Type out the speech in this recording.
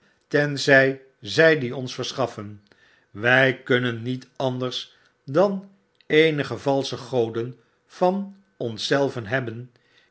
tenzfj zij die ons verschaffen wy kunnen niet anders dan eenige valsche goden van ons zelven hebben